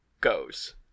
goes